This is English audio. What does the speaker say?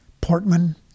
Portman